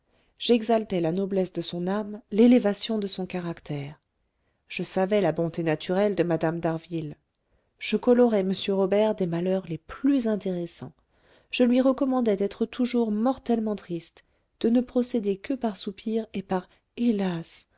j'exaltai la noblesse de son âme l'élévation de son caractère je savais la bonté naturelle de mme d'harville je colorai m robert des malheurs les plus intéressants je lui recommandai d'être toujours mortellement triste de ne procéder que par soupirs et par hélas